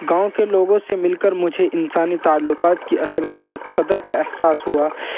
گاؤں کے لوگوں سے مل کر مجھے انسانی تعلقات کی اصل قدر قدر کا احساس ہوا